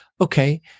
Okay